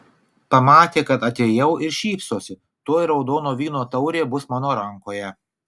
pamatė kad atėjau ir šypsosi tuoj raudono vyno taurė bus mano rankoje